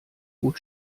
gut